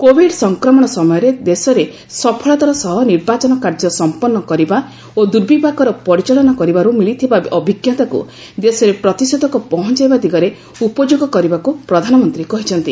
Covid ସଂକ୍ରମଣ ସମୟରେ ଦେଶରେ ସଫଳତାର ସହ ନିର୍ବାଚନ କାର୍ଯ୍ୟ ସମ୍ପନ୍ଧ କରିବା ଓ ଦୁର୍ବିପାକର ପରିଚାଳନା କରିବାରୁ ମିଳିଥିବା ଅଭିଜ୍ଞତାକୁ ଦେଶରେ ପ୍ରତିଷେଧକ ପହଞ୍ଚାଇବା ଦିଗରେ ଉପଯୋଗ କରିବାକୁ ପ୍ରଧାନମନ୍ତ୍ରୀ କହିଛନ୍ତି